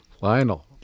Lionel